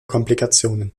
komplikationen